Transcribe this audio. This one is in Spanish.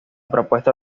propuesta